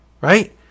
right